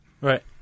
right